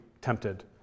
tempted